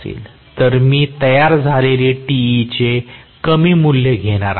तर मी तयार झालेले Te चे कमी मूल्य घेणार आहे